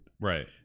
Right